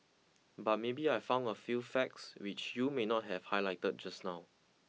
but maybe I found a few facts which you may not have highlighted just now